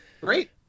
Great